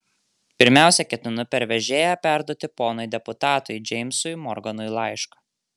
pirmiausia ketinu per vežėją perduoti ponui deputatui džeimsui morganui laišką